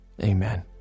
amen